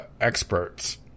experts